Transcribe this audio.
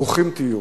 ברוכים תהיו.